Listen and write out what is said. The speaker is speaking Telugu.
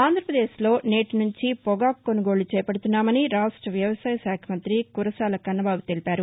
ఆంధ్రాప్రదేశ్లో నేటి నుంచి పొగాకు కొనుగోళ్లు చేపడుతున్నామని రాష్ట వ్యవసాయశాఖ మంత్రి కురసాల కన్నబాబు తెలిపారు